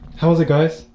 how was it, guys?